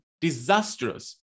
disastrous